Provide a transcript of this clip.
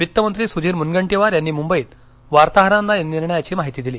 वित्तमंत्री सुधीर मुनगंटीवार यांनी मुंबईत वार्ताहरांना या निर्णयाची माहिती दिली